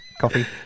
Coffee